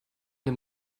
dem